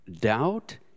Doubt